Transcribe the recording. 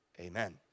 Amen